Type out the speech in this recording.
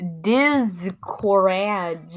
discourage